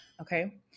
Okay